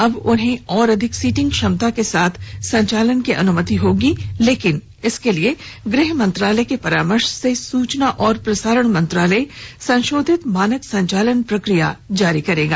अब उन्हें और अधिक सीटिंग क्षमता के साथ संचालन की अनुमति होगी लेकिन इसके लिए गृह मंत्रालय के परामर्श से सूचना और प्रसारण मंत्रालय संशोधित मानक संचालन प्रक्रिया जारी करेगा